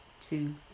two